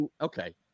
Okay